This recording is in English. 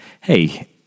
hey